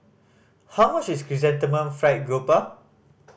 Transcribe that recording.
how much is Chrysanthemum Fried Garoupa